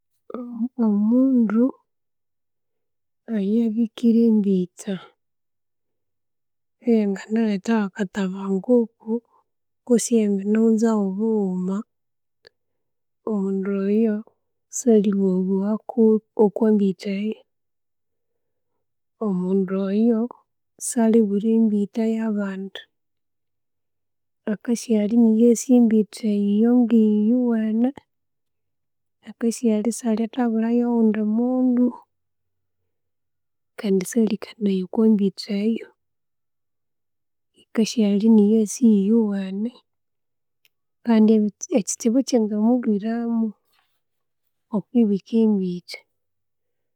Omundu oya bikhire embitha eya'nganaletha hakathabanguko, kwesi eyangaghunza ho'obughuma, omundo oyo salibughabugha kuu okwa mbitha eyo. Omundu oyo salibwira embitha ya'abandi, akasighalha iniyo assi embitha eyo iyi ngiyo yughene akasighalha isali atabwira yo'oghundi mundu, kandi salikanaya okwa mbitha eyo. Yikasighalha iniyo asii yu yughene kandi ebi- ekitsibu ekyangamulwira mu okwibika embitha.